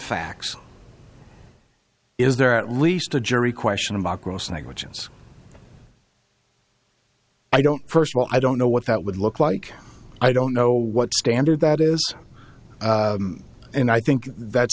facts is there at least a jury question about gross negligence i don't first well i don't know what that would look like i don't know what standard that is and i think that's